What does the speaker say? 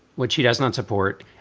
which he does not support,